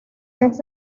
vez